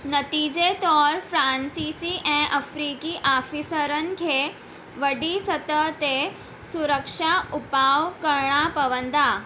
नतीजे तौर फ्रांसीसी ऐं अफ्रीकी आफ़ीसरनि खे वॾी सतहि ते सुरक्षा उपाउ करणा पवंदा